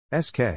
SK